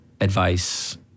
advice